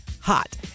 hot